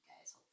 guys